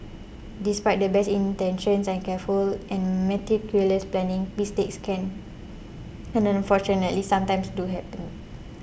despite the best intentions and careful and meticulous planning mistakes can and unfortunately sometimes do happen